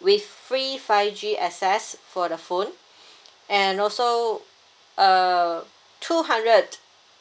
with free five G access for the phone and also err two hundred